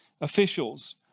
officials